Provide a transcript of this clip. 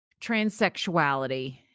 transsexuality